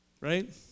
right